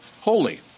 holy